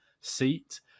seat